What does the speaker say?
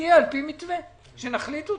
שתהיה על פי מתווה שנחליט אותו,